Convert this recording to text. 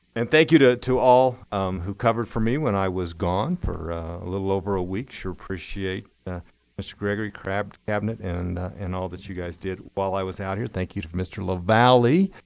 and thank you to to all who covered for me when i was gone for a little over a week. sure appreciate mr. gregory, cabinet, and and all that you guys did while i was out here. thank you to mr. lavalley.